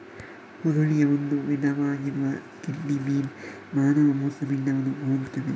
ಹುರುಳಿಯ ಒಂದು ವಿಧವಾಗಿರುವ kidney bean ಮಾನವ ಮೂತ್ರಪಿಂಡವನ್ನು ಹೋಲುತ್ತದೆ